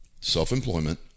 self-employment